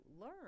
learn